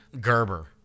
Gerber